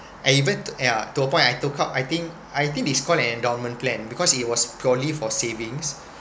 I even ya to a point I took up I think I think it's called an endowment plan because it was purely for savings